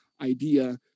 idea